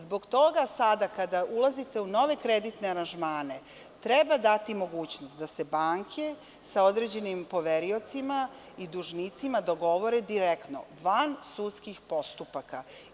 Zbog toga sada kada ulazite u nove kreditne aranžmane treba dati mogućnost da se banke sa određenim poveriocima i dužnicima dogovore direktno van sudskih postupaka.